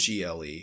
GLE